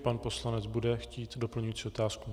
Pan poslanec bude chtít doplňující otázku?